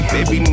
Baby